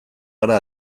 gara